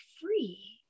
free